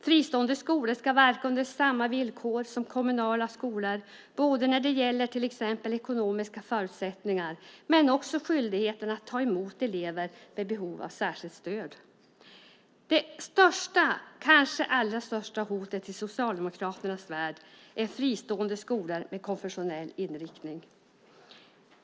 Fristående skolor ska verka under samma villkor som kommunala skolor både när det gäller till exempel ekonomiska förutsättningar och skyldigheten att ta emot elever med behov av särskilt stöd. Det kanske allra största hotet i Socialdemokraternas värld är fristående skolor med konfessionell inriktning.